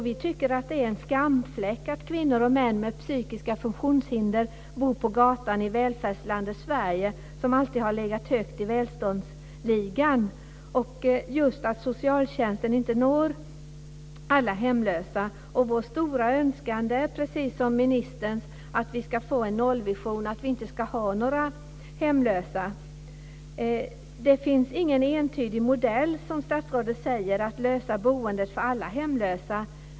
Vi tycker att det är en skamfläck att kvinnor och män med psykiska funktionshinder bor på gatan i välfärdslandet Sverige, som alltid har legat högt i välståndsligan, och just att socialtjänsten inte når alla hemlösa. Vår stora önskan är, precis som ministerns, en nollvision och att det inte ska finnas några hemlösa. Det finns ingen entydig modell, som statsrådet säger, för att lösa boendet för alla hemlösa.